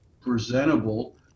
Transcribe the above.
presentable